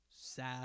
sad